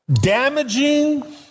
damaging